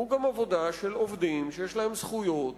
הוא גם עבודה של עובדים שיש להם זכויות